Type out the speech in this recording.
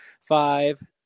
Five